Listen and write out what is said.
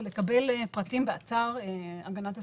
פרטים באתר הגנת הסביבה,